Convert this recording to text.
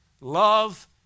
love